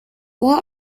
what